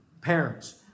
parents